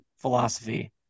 philosophy